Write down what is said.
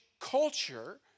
culture